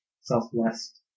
Southwest